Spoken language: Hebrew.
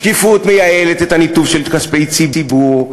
שקיפות מייעלת את הניתוב של כספי ציבור.